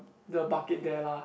the bucket there lah